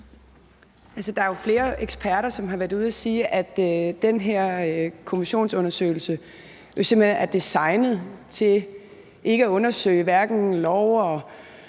Der er jo flere eksperter, som har været ude og sige, at den her kommissionsundersøgelse simpelt hen er designet til hverken at undersøge love og